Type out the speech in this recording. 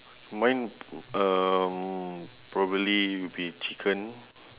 mine um probably would be chicken